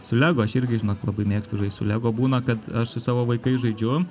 su lego aš irgi žinok labai mėgstu žaist su lego o būna kad aš su savo vaikais žaidžiu